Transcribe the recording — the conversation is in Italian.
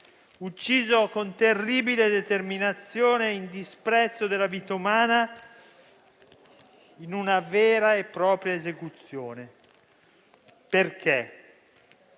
ucciso con terribile determinazione, in disprezzo della vita umana, in una vera e propria esecuzione. Perché?